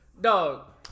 Dog